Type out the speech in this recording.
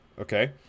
okay